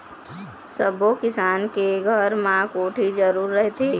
सब्बो किसान के घर म कोठी जरूर रहिथे